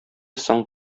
соң